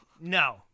No